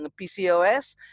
PCOS